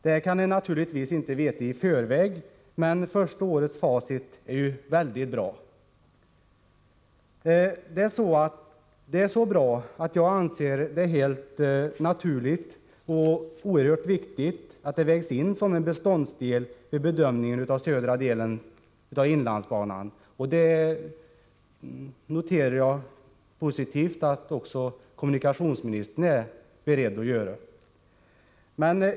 Detta kan man naturligtvis inte veta i förväg, men facit från första året är mycket bra. Det är så bra att jag anser det helt naturligt och oerhört viktigt att det vägs in vid bedömningen av södra delen av inlandsbanan. Jag noterar det som positivt att kommunikationsministern också är beredd att göra detta.